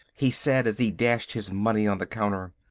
he said as he dashed his money on the counter.